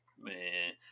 Man